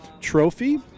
trophy